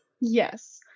Yes